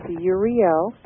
Uriel